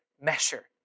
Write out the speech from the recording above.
measure